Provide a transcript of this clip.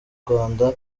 rwanda